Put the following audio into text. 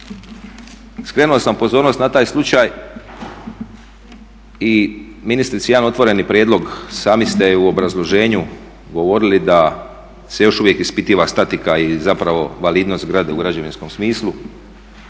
skrenuo sam pozornost na taj slučaj i ministrici jedan otvoreni prijedlog, sami ste u obrazloženju govorili da se još uvijek ispituje statika i zapravo validnost u građevinskom smislu